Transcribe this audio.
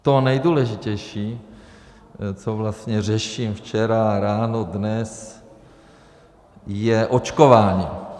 A to nejdůležitější, co vlastně řeším včera, ráno, dnes, je očkování.